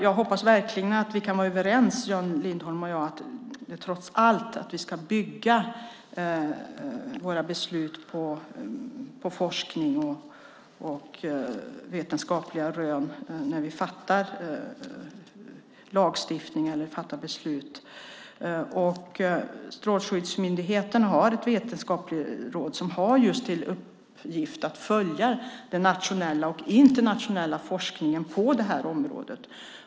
Jag hoppas verkligen att Jan Lindholm och jag kan vara överens om att vi trots allt ska bygga våra beslut om lagar på forskning och vetenskapliga rön. Strålsäkerhetsmyndigheten har ett vetenskapligt råd som har till uppgift att just följa den nationella och internationella forskningen på det här området.